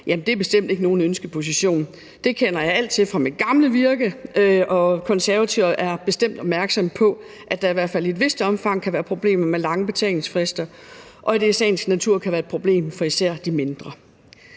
Det er bestemt ikke nogen ønskeposition. Det kender jeg alt til fra mit gamle virke, og Konservative er bestemt opmærksom på, at der i hvert fald i et vist omfang kan være problemer med lange betalingsfrister, og at det i sagens natur kan være et problem for især de mindre.